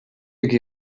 aquí